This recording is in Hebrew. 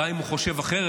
גם אם הוא חושב אחרת,